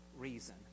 reason